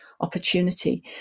opportunity